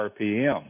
RPM